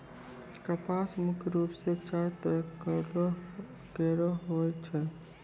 कपास मुख्य रूप सें चार तरह केरो होय छै